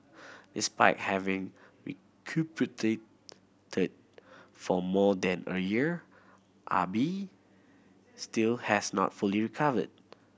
despite having recuperated for more than a year Ah Bi still has not fully recovered